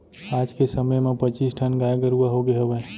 आज के समे म पच्चीस ठन गाय गरूवा होगे हवय